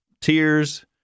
tears